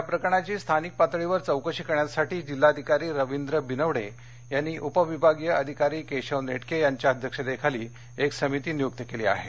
या प्रकरणाची स्थानिक पातळीवर चौकशी करण्यासाठी जिल्हाधिकारी रवींद्र बिनवडे यांनी उपविभागीय अधिकारी केशव नेटके यांच्या अध्यक्षतेखाली एक समिती नियुक्त केली आहे